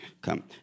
come